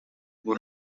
kuko